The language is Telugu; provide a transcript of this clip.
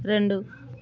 రెండు